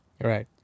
Right